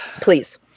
please